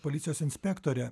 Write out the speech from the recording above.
policijos inspektorė